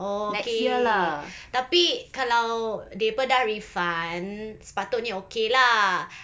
oh okay tapi kalau depa dah refund sepatutnya okay lah